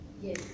Yes